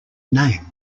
name